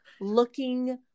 looking